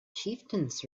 chieftains